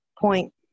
point